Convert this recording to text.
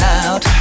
out